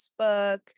Facebook